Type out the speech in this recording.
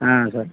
ಹಾಂ ಸರ್